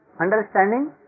Understanding